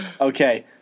Okay